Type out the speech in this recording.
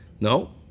No